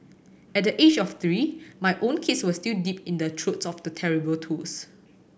at the age of three my own kids were still deep in the throes of the terrible twos